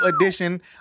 edition